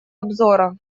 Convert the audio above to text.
обзора